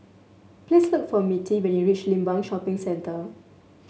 please look for Mittie when you reach Limbang Shopping Centre